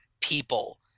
people